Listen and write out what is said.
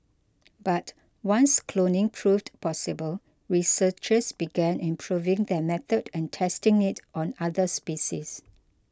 but once cloning proved possible researchers began improving their method and testing it on other species